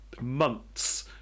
months